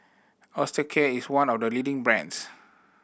Osteocare is one of the leading brands